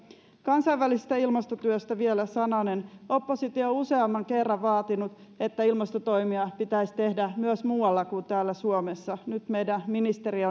kansainvälisestä ilmastotyöstä vielä sananen oppositio on useamman kerran vaatinut että ilmastotoimia pitäisi tehdä myös muualla kuin täällä suomessa nyt meidän ministerimme